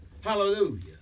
Hallelujah